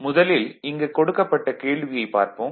முதலில் இங்கு கொடுக்கப்பட்ட கேள்வியைப் பார்ப்போம்